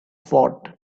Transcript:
fort